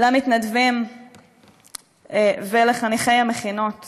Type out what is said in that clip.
למתנדבים ולחניכי המכינות